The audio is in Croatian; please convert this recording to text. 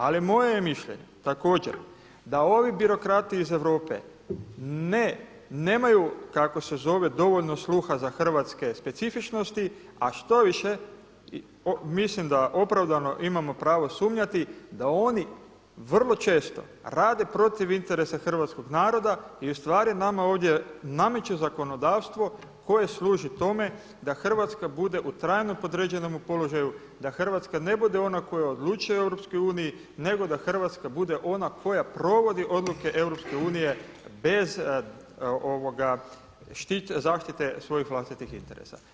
Ali moje je mišljenje također da ovi birokrati iz Europe nemaju kako se zove dovoljno sluha za hrvatske specifičnosti a štoviše mislim da opravdano imamo pravo sumnjati da oni vrlo često rade protiv interesa hrvatskog naroda i ustvari nama ovdje nameću zakonodavstvo koje služi tome da Hrvatska bude u trajno podređenome položaju, da Hrvatska ne bude ona koja odlučuju u EU nego da Hrvatska bude ona koja provodi odluke EU bez zaštite svojih vlastitih interesa.